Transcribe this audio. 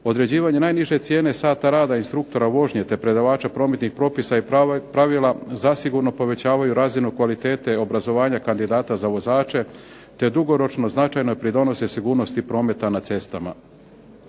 Određivanje najniže cijene sata rada instruktora vožnje te predavača prometnih propisa i pravila zasigurno povećavaju razinu kvalitete obrazovanja kandidata za vozače te dugoročno značajno pridonose sigurnosti prometa na cestama.